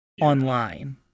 online